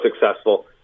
successful